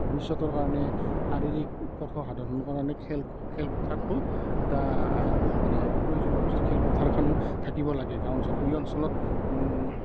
ভৱিষ্যতৰ কাৰণে শাৰীৰিক উৎকৰ্ষ সাধনৰ কাৰণে খেলপথাৰটো এটা মানে প্ৰয়োজনীয় বস্তু খেলপথাৰখন থাকিব লাগে গাঁও অঞ্চলত এই অঞ্চলত